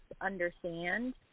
understand